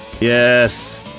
Yes